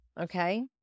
okay